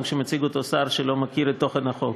גם כשמציג אותו שר שלא מכיר את תוכן החוק.